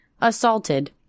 assaulted